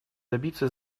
добиться